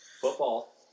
Football